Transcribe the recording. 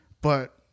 but-